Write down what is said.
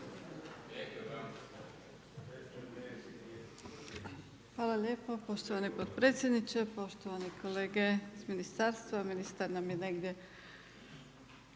Hvala lijepo poštovani potpredsjedniče, poštovane kolege ministarstva, ministar nam je negdje